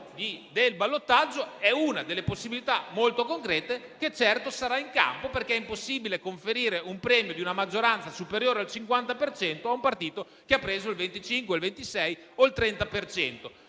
l'ipotesi del ballottaggio è una possibilità molto concreta, che certo sarà in campo, perché è impossibile conferire un premio di maggioranza superiore al 50 per cento a un partito che ha preso il 25, il 26 o il 30